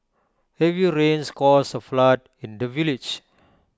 heavy rains caused A flood in the village